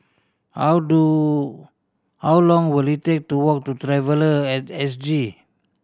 how do how long will it take to walk to Traveller At S G